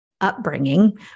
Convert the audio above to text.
upbringing